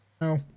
No